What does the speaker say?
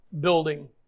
building